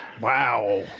wow